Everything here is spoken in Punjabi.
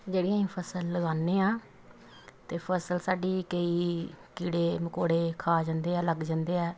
ਜਿਹੜੀ ਅਸੀਂ ਫ਼ਸਲ ਲਗਾਉਂਦੇ ਹਾਂ ਅਤੇ ਫ਼ਸਲ ਸਾਡੀ ਕਈ ਕੀੜੇ ਮਕੌੜੇ ਖਾ ਜਾਂਦੇ ਆ ਲੱਗ ਜਾਂਦੇ ਆ